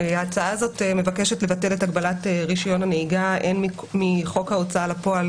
ההצעה הזאת מבקשת לבטל את הגבלת רישיון הנהיגה הן מחוק ההוצאה לפועל,